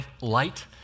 light